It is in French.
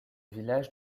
villages